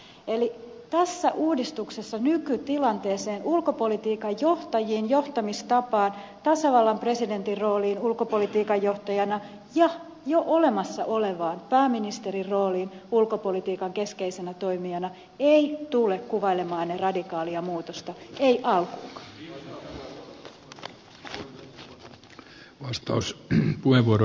eli tässä uudistuksessa nykytilanteeseen ulkopolitiikan johtajiin johtamistapaan tasavallan presidentin rooliin ulkopolitiikan johtajana ja jo olemassa olevaan pääministerin rooliin ulkopolitiikan keskeisenä toimijana ei tule kuvailemaanne radikaalia muutosta ei alkuunkaan